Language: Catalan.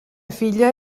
filla